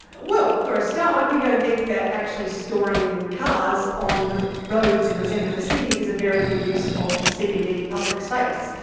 well, for a start we don't think that actually storing cars on roads in the centre of the city is a very good use of cbd public space.